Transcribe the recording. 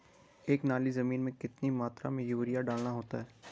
एक नाली जमीन में कितनी मात्रा में यूरिया डालना होता है?